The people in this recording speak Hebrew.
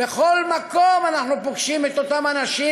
בכל מקום אנחנו פוגשים את אותם אנשים,